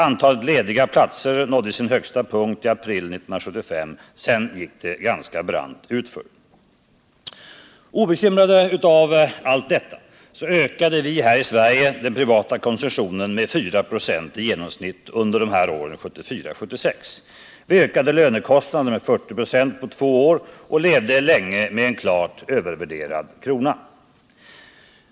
Antalet lediga platser nådde sin högsta punkt i april 1975, sedan gick det ganska brant utför. Obekymrade av allt detta ökade vi den privata konsumtionen i Sverige med 4 96 i genomsnitt under åren 1974-1976. Vi ökade lönekostnaderna med 40 96 på två år och levde länge med en klart övervärderad krona.